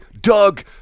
Doug